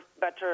better